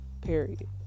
period